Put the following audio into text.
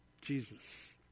Jesus